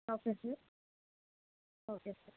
okay sir okay sir